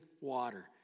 water